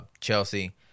Chelsea